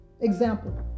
example